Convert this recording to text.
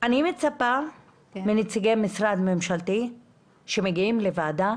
אני מצפה מנציגי משרד ממשלתי שמגיעים לוועדה,